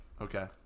Okay